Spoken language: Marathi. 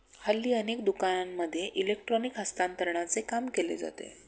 हल्ली अनेक दुकानांमध्ये इलेक्ट्रॉनिक हस्तांतरणाचे काम केले जाते